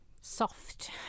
soft